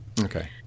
Okay